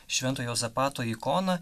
švento juozapato ikoną